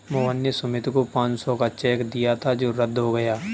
मोहन ने सुमित को पाँच सौ का चेक दिया था जो रद्द हो गया